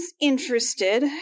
interested